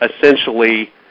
essentially